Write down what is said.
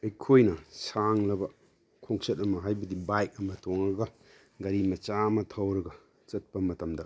ꯑꯩꯈꯣꯏꯅ ꯁꯥꯡꯂꯕ ꯈꯣꯡꯆꯠ ꯑꯃ ꯍꯥꯏꯕꯗꯤ ꯕꯥꯏꯛ ꯑꯃ ꯇꯣꯡꯉꯒ ꯒꯥꯔꯤ ꯃꯆꯥ ꯑꯃ ꯊꯧꯔꯒ ꯆꯠꯄ ꯃꯇꯝꯗ